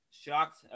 Shocked